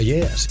Yes